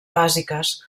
bàsiques